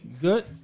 Good